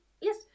Yes